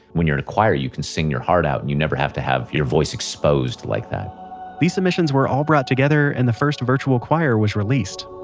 when you're in a choir you can sing your heart out, and you never have to have your voice exposed like that these submissions were brought together and the first virtual choir was released.